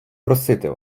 просити